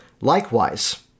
Likewise